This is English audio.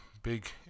Big